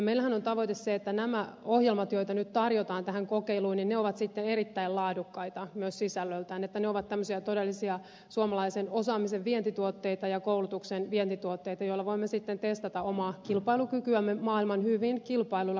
meillähän on tavoite se että nämä ohjelmat joita nyt tarjotaan tähän kokeiluun ovat sitten erittäin laadukkaita myös sisällöltään ne ovat tämmöisiä todellisia suomalaisen osaamisen vientituotteita ja koulutuksen vientituotteita joilla voimme sitten testata omaa kilpailukykyämme maailman hyvin kilpailluilla koulutusmarkkinoilla